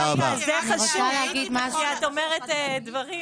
את אומרת דברים